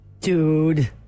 Dude